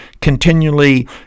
continually